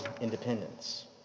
independence